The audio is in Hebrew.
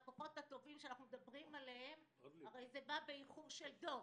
הטובים שאנחנו מדברים עליהם זה בא באיחור של דור.